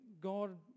God